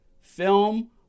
film